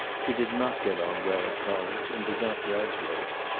he did not get on well at college, and did not graduate.